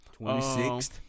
26th